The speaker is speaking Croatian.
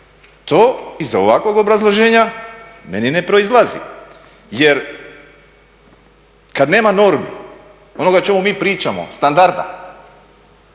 To iz ovakvog obrazloženja meni ne proizlazi, jer kad nema normi ono o čemu mi pričamo, standarda,